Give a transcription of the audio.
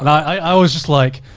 i was just like,